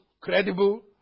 credible